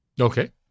Okay